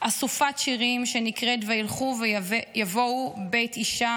אסופת שירים שנקראת "וילכו ויבואו בית אישה".